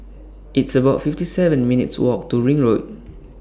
It's about fifty seven minutes' Walk to Ring Road